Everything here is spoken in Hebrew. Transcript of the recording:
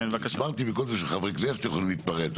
הסברתי מקודם שחברי כנסת יכולים להתפרץ,